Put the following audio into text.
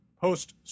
post